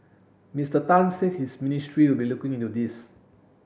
Mister Tan said his ministry will be looking into this